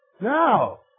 No